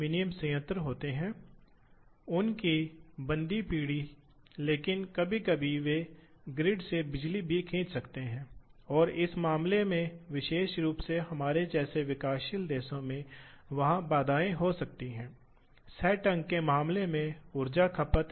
इसलिए इन्हें दिया जाता है आप इसे केंद्र के रूप में लेने और लेने की कोशिश कर सकते हैं हमें एक गोलाकार चाप खींचना होगा और इस गोलाकार चाप के साथ टूल लेना होगा इसलिए यह वह तरीका है जिसमें आम तौर पर सर्कल पैरामीटर निर्दिष्ट किए जाते हैं इसलिए यह I और J समन्वय देगा